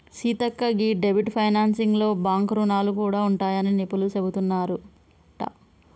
సీతక్క గీ డెబ్ట్ ఫైనాన్సింగ్ లో బాంక్ రుణాలు గూడా ఉంటాయని నిపుణులు సెబుతున్నారంట